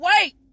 wait